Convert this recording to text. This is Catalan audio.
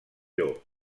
llop